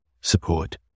support